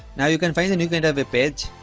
now you can find the new kind of a page